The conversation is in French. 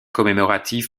commémorative